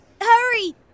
hurry